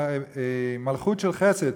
מלכות של חסד,